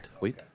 Wait